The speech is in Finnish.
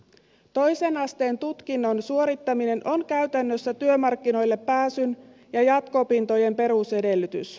toisen asteen tutkinnon suorittaminen on käytännössä työmarkkinoille pääsyn ja jatko opintojen perusedellytys